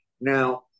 Now